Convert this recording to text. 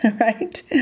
right